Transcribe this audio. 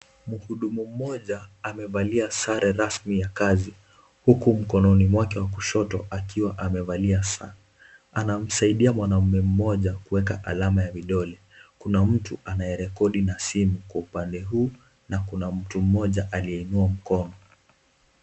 Mhudumu mmoja amevalia sare rasmi ya kazi. Huku mkononi mwake mwa kushoto akiwa amevalia saa. Anamsaidia mwanaume mmoja kuweka alama ya vidole. Kuna mtu anayerekodi na simu kwa umbali huu na kuna mtu aliyeinua mkono.